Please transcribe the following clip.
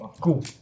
cool